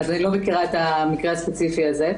אני לא מכירה את המקרה הספציפי הזה.